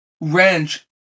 wrench